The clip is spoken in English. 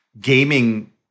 gaming